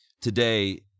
Today